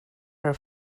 her